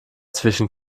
zwischen